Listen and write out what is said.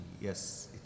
Yes